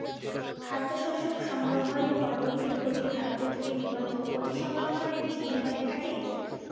খাদ্যশস্য সংগ্রহের পরবর্তী ক্ষতি ভারতত কি মূলতঃ অতিসংরক্ষণের জিনে হয়ে থাকে?